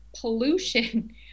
pollution